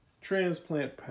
transplant